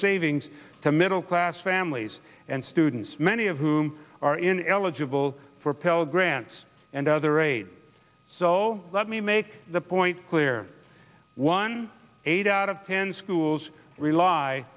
savings to middle class families and students many of whom are in eligible for pell grants and other aid so let me make the point clear one eight out of ten schools rely